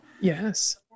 Yes